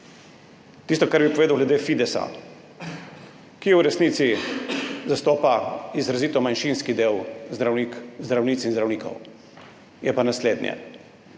Tisto, kar bi povedal glede Fidesa, ki v resnici zastopa izrazito manjšinski del zdravnic in zdravnikov, je pa naslednje.